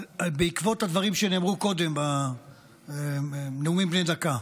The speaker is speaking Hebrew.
בעקבות הדברים שנאמרו קודם בנאומים בני דקה: